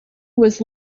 was